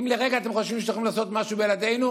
אם לרגע אתם חושבים שאתם יכולים לעשות משהו בלעדינו,